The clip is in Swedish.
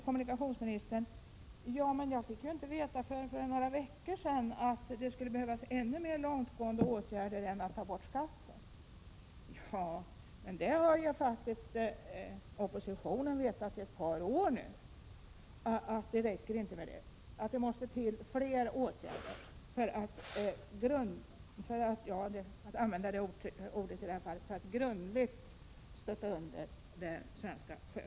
Kommunikationsministern säger att han för bara några veckor sedan fick veta att det skulle behövas ännu mera långtgående åtgärder än att ta bort skatten. Men oppositionen har ju faktiskt vetat om i ett par år nu, att det inte räcker med detta utan att det måste till fler åtgärder för att — för att använda ett i detta sammanhang otäckt ord — grundligt stötta under den svenska sjöfarten.